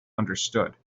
understood